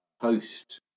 post